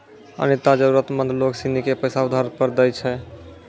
अनीता जरूरतमंद लोग सिनी के पैसा उधार पर दैय छै